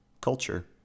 culture